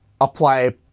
apply